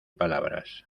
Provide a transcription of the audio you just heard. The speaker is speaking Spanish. palabras